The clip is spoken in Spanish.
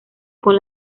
con